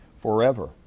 forever